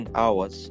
hours